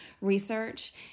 research